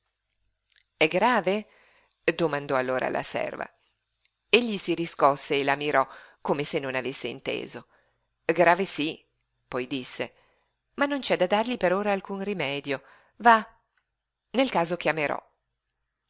è grave domandò allora la serva egli si riscosse e la mirò come se non avesse inteso grave sí poi disse ma non c'è da dargli per ora alcun rimedio va nel caso chiamerò